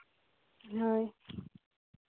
ᱦᱳᱭ